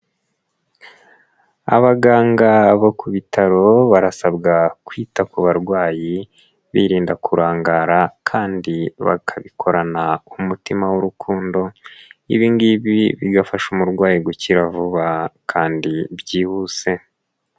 Abaganga bo ku bitaro barasabwa kwita ku barwayi birinda, kurangara kandi bakabikorana umutima w'urukundo, ibi ngibi bigafasha umurwayi gukira vuba kandi byihuse.